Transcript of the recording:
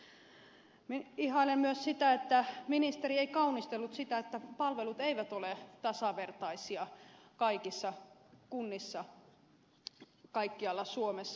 ihailen myös sitä että ministeri ei kaunistellut sitä että palvelut eivät ole tasavertaisia kaikissa kunnissa kaikkialla suomessa